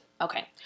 Okay